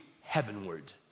heavenward